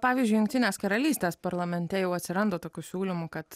pavyzdžiui jungtinės karalystės parlamente jau atsiranda tokių siūlymų kad